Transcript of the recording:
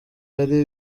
ari